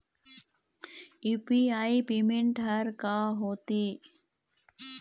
UPI payment हर का होते?